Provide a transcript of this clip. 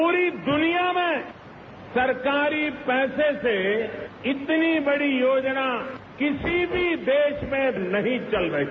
पूरी दुनिया में सरकारी पैसे से इतनी बड़ी योजना किसी भी देश में नहीं चल रही